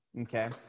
okay